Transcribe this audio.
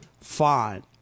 fine